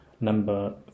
number